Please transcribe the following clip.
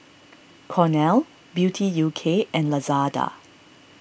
Cornell Beauty U K and Lazada